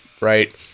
right